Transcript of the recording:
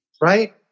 right